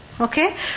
okay